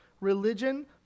religion